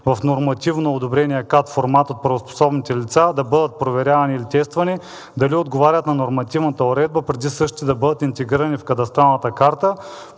в нормативно одобреният *.cad (кад) формат от правоспособни лица, да бъдат проверявани или тествани дали отговарят на нормативната уредба, преди същите да бъдат интегрирани в кадастралната карта.